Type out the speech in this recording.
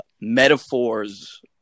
metaphors